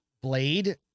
Blade